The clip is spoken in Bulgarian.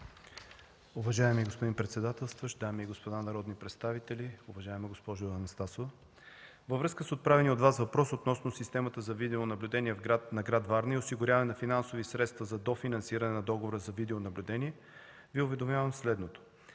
Уважаеми господин председателстващ, дами и господа народни представители, уважаема госпожо Анастасова! Във връзка с отправения от Вас въпрос относно системата за видеонаблюдение на град Варна и осигуряване на финансови средства за дофинансиране на договора за видеонаблюдение, Ви уведомявам следното.